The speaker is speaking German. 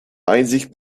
einsicht